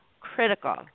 Critical